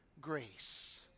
grace